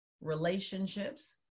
relationships